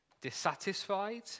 dissatisfied